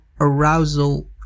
arousal